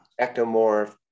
Ectomorph